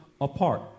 apart